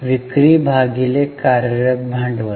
विक्री भागिले कार्यरत भांडवल